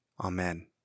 Amen